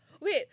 Wait